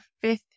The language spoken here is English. fifth